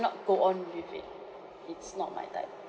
cannot go on with it it's not my type